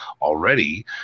already